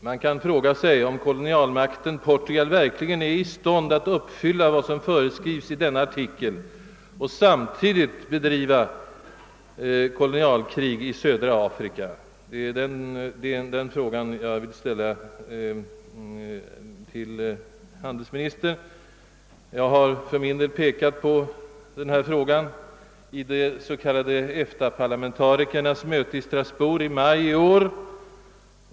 Man kan fråga sig om kolonialmakten Portugal verkligen är i stånd att uppfylla vad som föreskrives i denna artikel och samtidigt bedriva kolonialkrig i södra Afrika. Det är den frågan jag alltså vill ställa till handelsministern. Jag har tagit upp samma fråga vid de s.k. EFTA-parlamentarikernas möte i Strasbourg i maj i år.